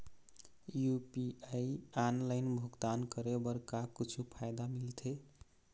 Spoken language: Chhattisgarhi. यू.पी.आई ऑनलाइन भुगतान करे बर का कुछू फायदा मिलथे?